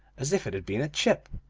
as if it had been a chip.